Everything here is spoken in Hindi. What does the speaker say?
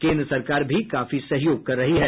केन्द्र सरकार भी काफी सहयोग कर रही है